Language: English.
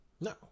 No